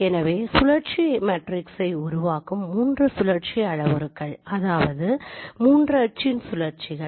எனவே சுழற்சி மேட்ரிக்ஸை உருவாக்கும் 3 சுழற்சி அளவுருக்கள் அதாவது 3 அச்சின் சுழற்சிகள்